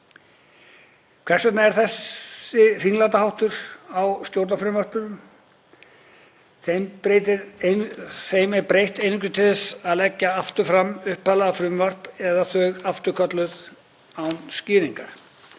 Hvers vegna er þessi hringlandaháttur á stjórnarfrumvörpum? Þeim er breytt einungis til þess að leggja aftur fram upphaflegt frumvarp eða þau afturkölluð án útskýringa.